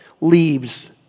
leaves